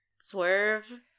swerve